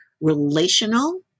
relational